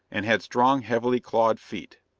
and had strong, heavily-clawed feet.